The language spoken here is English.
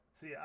See